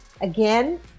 again